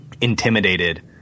intimidated